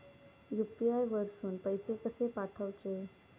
UPI वरसून पैसे कसे पाठवचे?